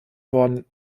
worden